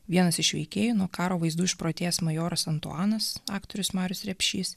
vienas iš veikėjų nuo karo vaizdų išprotėjęs majoras antuanas aktorius marius repšys